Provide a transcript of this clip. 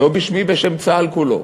לא בשמי, בשם צה"ל כולו,